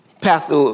Pastor